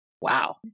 Wow